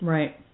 Right